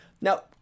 Now